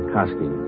Kosky